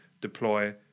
deploy